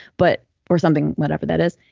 but or something whatever that is.